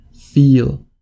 feel